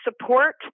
support